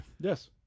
Yes